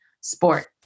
sport